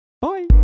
Bye